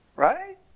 Right